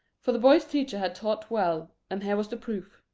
for the boy's teacher had taught well, and here was the proof.